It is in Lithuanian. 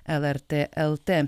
lrt lt